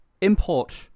import